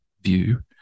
view